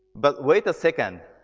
but wait a second.